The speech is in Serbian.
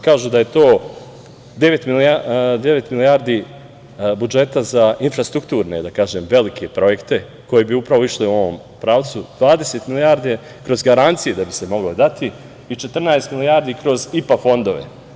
Kažu da je to devet milijardi budžeta za infrastrukturne velike projekte koji bi upravo išli u ovom pravcu, 20 milijardi kroz garancije da bi se moglo dati i 14 milijardi kroz IPA fondove.